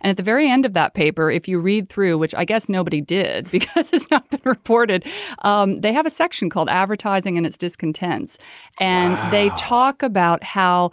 and at the very end of that paper if you read through which i guess nobody did because it's not but reported um they have a section called advertising and its discontents and they talk about how